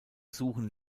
suchen